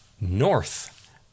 north